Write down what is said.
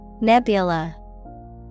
Nebula